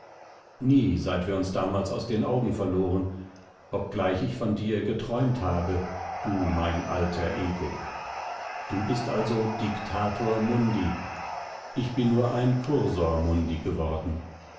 nie seitdem wir uns damals aus den augen verloren obgleich ich von dir geträumt habe du mein alter ego du bist also dictator mundi ich bin nur ein cursor mundi geworden